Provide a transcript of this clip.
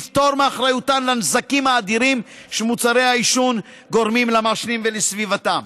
לפטור מאחריותן לנזקים האדירים שמוצרי העישון גורמים למעשנים ולסביבתם.